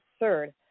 absurd